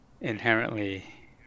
inherently